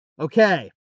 Okay